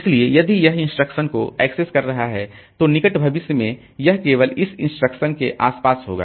इसलिए यदि यह इस इंस्ट्रक्शन को एक्सेस कर रहा है तो निकट भविष्य में यह केवल इस इंस्ट्रक्शन के आसपास होगा